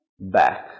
back